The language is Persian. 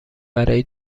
برای